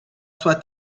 sua